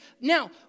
Now